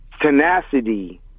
tenacity